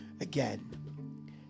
again